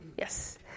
Yes